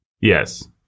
yes